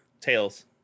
Tails